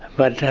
but